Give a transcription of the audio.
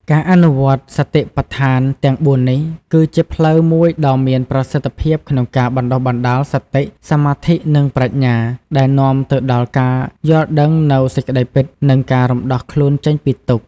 ការអនុវត្តន៍សតិប្បដ្ឋានទាំងបួននេះ គឺជាផ្លូវមួយដ៏មានប្រសិទ្ធភាពក្នុងការបណ្ដុះបណ្ដាល សតិ សមាធិ និង ប្រាជ្ញា ដែលនាំទៅដល់ការយល់ដឹងនូវសេចក្តីពិត និងការរំដោះខ្លួនចេញពីទុក្ខ។